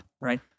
Right